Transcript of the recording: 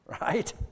Right